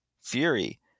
Fury